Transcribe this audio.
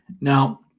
Now